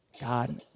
God